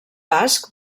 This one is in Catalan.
basc